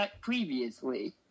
previously